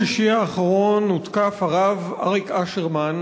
ביום שישי האחרון הותקף הרב אריק אשרמן,